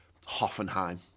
Hoffenheim